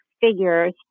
figures